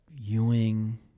Ewing